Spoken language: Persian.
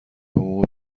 حقوق